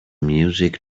music